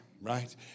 right